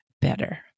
better